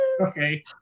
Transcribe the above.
Okay